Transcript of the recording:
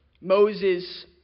Moses